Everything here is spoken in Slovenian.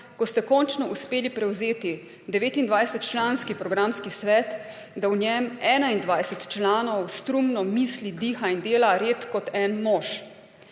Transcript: ko ste končno uspeli prevzeti 29-članski programski svet, da v njem 21 članov strumno misli, diha in dela red kot en mož.